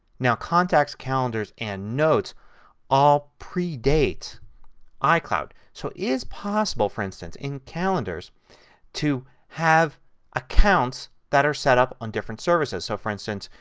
now contacts, calendars, and notes all predate icloud. so it is possible, for instance, in calendars to have accounts that are setup on different services. so, for instance,